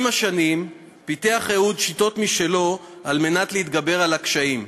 עם השנים פיתח אהוד שיטות משלו על מנת להתגבר על הקשיים,